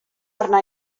arna